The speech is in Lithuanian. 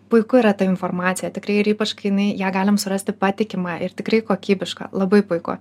puiku yra ta informacija tikrai ir ypač kai jinai ją galim surasti patikimą ir tikrai kokybišką labai puiku